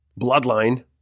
bloodline